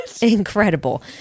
Incredible